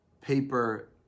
paper